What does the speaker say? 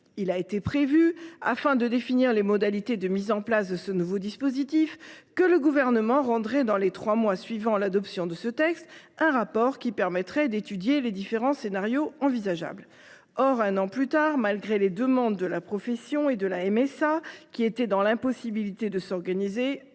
Il a été prévu, afin de définir les modalités de mise en place de ce nouveau dispositif, que le Gouvernement rendrait, dans les trois mois suivant l’adoption de ce texte, un rapport étudiant les différents scénarios envisageables. Or, un an plus tard, malgré les demandes de la profession et de la MSA, qui étaient dans l’impossibilité de s’organiser,